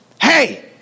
Hey